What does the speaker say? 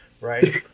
right